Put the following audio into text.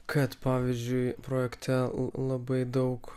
kad pavyzdžiui projekte labai daug